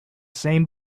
same